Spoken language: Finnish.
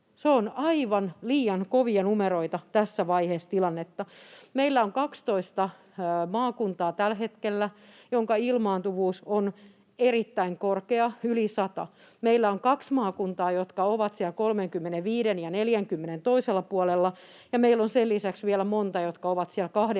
ovat aivan liian kovia numeroita tässä vaiheessa tilannetta. Meillä on tällä hetkellä 12 maakuntaa, joissa ilmaantuvuus on erittäin korkea, yli 100. Meillä on kaksi maakuntaa, jotka ovat siellä 35:n ja 40:n toisella puolella, ja meillä on sen lisäksi vielä monta, jotka ovat siellä 20:n